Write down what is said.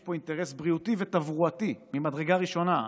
יש אינטרס בריאותי ותברואתי ממדרגה ראשונה.